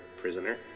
prisoner